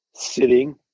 Sitting